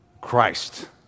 Christ